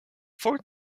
four